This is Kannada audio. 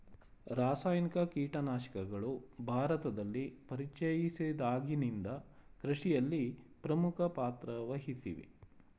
ರಾಸಾಯನಿಕ ಕೀಟನಾಶಕಗಳು ಭಾರತದಲ್ಲಿ ಪರಿಚಯಿಸಿದಾಗಿನಿಂದ ಕೃಷಿಯಲ್ಲಿ ಪ್ರಮುಖ ಪಾತ್ರ ವಹಿಸಿವೆ